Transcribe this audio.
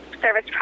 service